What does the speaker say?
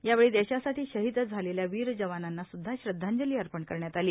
यावेळी देशासाठी हिद झालेल्या वीर जवानांनासुद्धा श्रद्धांजली अर्पण करण्यात आली